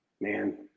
man